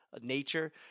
nature